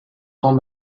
grands